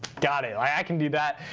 got it. i can do that.